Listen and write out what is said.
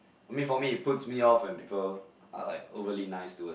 I mean for me it puts me off and people are like overly nice towards me